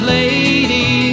lady